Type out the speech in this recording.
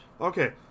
Okay